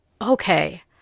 okay